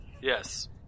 Yes